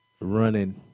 running